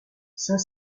saint